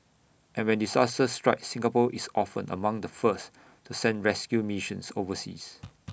and when disaster strikes Singapore is often among the first to send rescue missions overseas